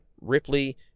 Ripley